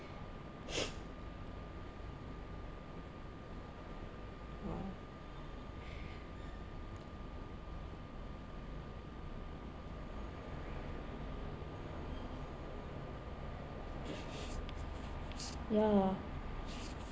!wow! ya loh